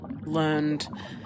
learned